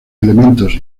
elementos